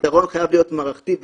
הפתרון חייב להיות מערכתי.